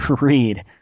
Read